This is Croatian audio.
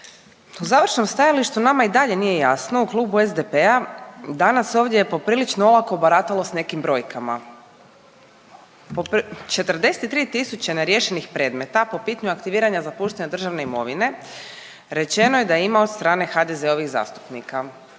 U završnom stajalištu nama i dalje nije jasno u Klubu SDP-a danas se ovdje poprilično olako baratalo s nekim brojkama. 43 tisuće neriješenih predmeta po pitanju aktiviranja zapuštene državne imovine rečeno je da ima od strane HDZ-ovih zastupnika,